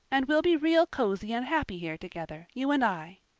and we'll be real cozy and happy here together, you and i.